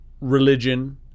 religion